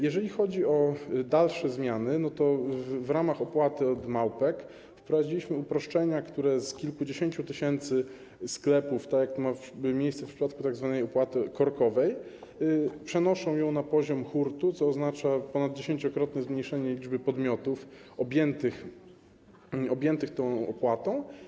Jeżeli chodzi o dalsze zmiany, w ramach opłaty od małpek wprowadziliśmy uproszczenia, które z kilkudziesięciu tysięcy sklepów, jak ma to miejsce w przypadku tzw. opłaty korkowej, przenoszą ją na poziom hurtu, co oznacza ponaddziesięciokrotne zmniejszenie liczby podmiotów objętych tą opłatą.